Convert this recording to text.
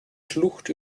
schlucht